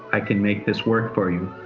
i can make this work for you.